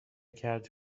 کرد